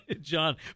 john